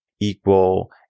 equal